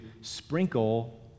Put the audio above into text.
sprinkle